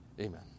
amen